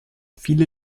viele